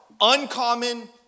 uncommon